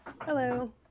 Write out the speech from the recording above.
Hello